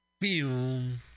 Boom